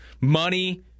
Money